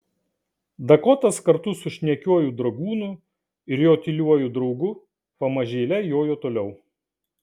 dakotas kartu su šnekiuoju dragūnu ir jo tyliuoju draugu pamažėle jojo toliau